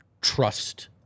trust